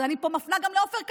ואני פה פונה גם לעופר כסיף,